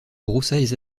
broussailles